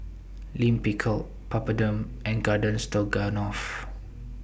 Lime Pickle Papadum and Garden Stroganoff